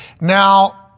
Now